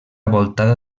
voltada